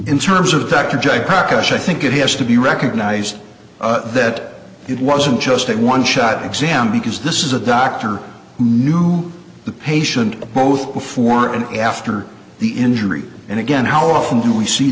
terms of that project practice i think it has to be recognized that it wasn't just a one shot exam because this is a doctor knew the patient both before and after the injury and again how often do we see